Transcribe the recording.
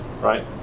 right